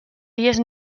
dies